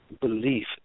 belief